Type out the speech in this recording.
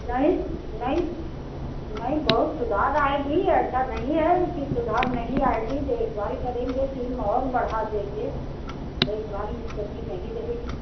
नहीं नहीं नहीं बहुत सुधार आएगी ऐसा नहीं है की सुधार नहीं आएगी देखभाल करेंगे टीम और बढ़ा देंगे देखभाल में कमी नहीं रहेगी